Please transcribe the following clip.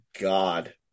God